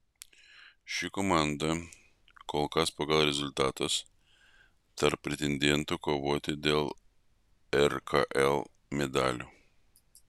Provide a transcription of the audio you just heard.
ši komanda kol kas pagal rezultatus tarp pretendentų kovoti dėl rkl medalių